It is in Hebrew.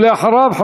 ואחריו,